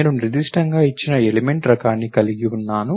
నేను నిర్దిష్టంగా ఇచ్చిన ఎలిమెంట్ రకాన్ని కలిగి ఉన్నాను